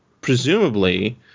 presumably